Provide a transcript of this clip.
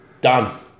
Done